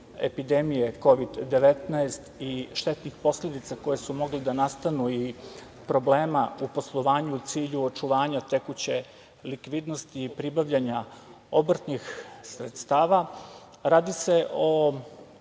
epidemije Kovid 19 i štetnih posledica koje su mogle da nastanu i problema u poslovanju u cilju očuvanja tekuće likvidnosti i pribavljanja obrtnih sredstava. Radi se o